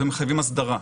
ומחייבים הסדרה.